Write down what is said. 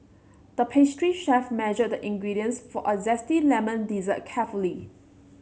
the pastry chef measured the ingredients for a zesty lemon dessert carefully